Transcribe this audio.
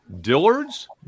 Dillard's